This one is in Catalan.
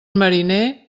mariner